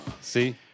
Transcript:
See